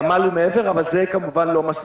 אבל זה כמובן לא מספיק.